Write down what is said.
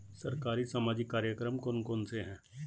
सरकारी सामाजिक कार्यक्रम कौन कौन से हैं?